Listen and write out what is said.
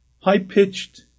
high-pitched